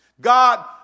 God